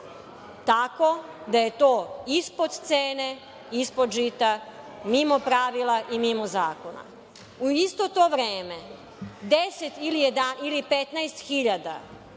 tako da je to ispod cene i ispod žita mimo pravila i mimo zakona.U isto to vreme 10 ili 15 hiljada